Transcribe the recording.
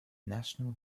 national